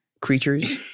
creatures